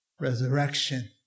resurrection